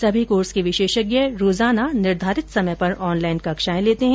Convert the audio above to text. सभी कोर्स के विशेषज्ञ रोजाना निर्धारित समय पर अहनलाइन कक्षाएं लेते हैं